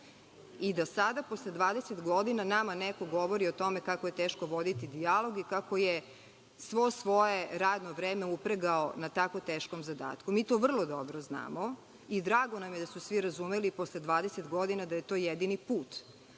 i da sada, posle 20 godina nama neko govori kako je teško voditi dijalog i kako je svo svoje radno vreme upregao na tako teškom zadatku. Mi to vrlo dobro znamo i drago nam je da su svi razumeli posle 20 godina da je to jedini put,